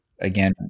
again